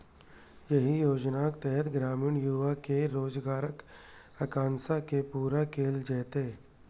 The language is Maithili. एहि योजनाक तहत ग्रामीण युवा केर रोजगारक आकांक्षा के पूरा कैल जेतै